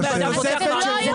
בתוספת של תגובת קרב?